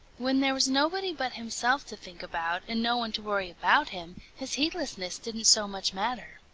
when there was nobody but himself to think about, and no one to worry about him, his heedlessness didn't so much matter.